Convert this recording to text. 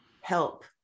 help